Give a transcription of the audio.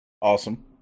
Awesome